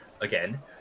again